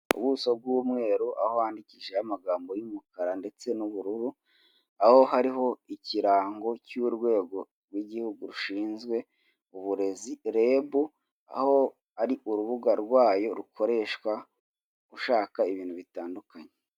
Ubuso bw'umweru aho handikishijeho amagambo y'umukara ndetse n'ubururu, aho hariho ikirango cy'urwego rw'igihugu rushinzwe uburezi REB, aho ari urubuga rwayo rukoreshwa ushaka ibintu bitandukanye.